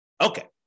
Okay